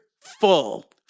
full